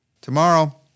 Tomorrow